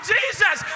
Jesus